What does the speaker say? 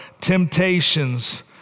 temptations